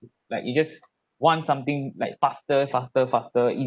like you just want something like faster faster faster